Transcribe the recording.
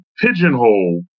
pigeonhole